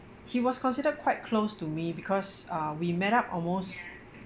he was considered quite close to me because uh we met up almost